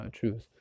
choose